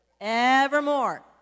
Evermore